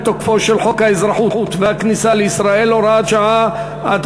תוקפו של חוק האזרחות והכניסה לישראל (הוראת שעה),